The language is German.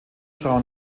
frau